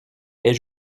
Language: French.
elle